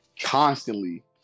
Constantly